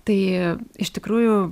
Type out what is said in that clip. tai iš tikrųjų